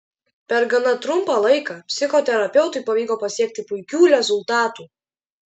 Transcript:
per gana trumpą laiką psichoterapeutui pavyko pasiekti puikių rezultatų